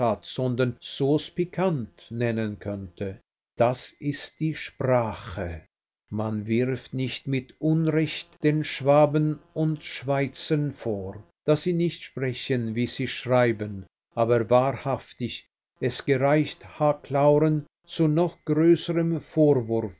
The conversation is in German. sondern sauce piquante nennen könnte das ist die sprache man wirft nicht mit unrecht den schwaben und schweizern vor daß sie nicht sprechen wie sie schreiben aber wahrhaftig es gereicht h clauren zu noch größerem vorwurf